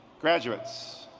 graduates,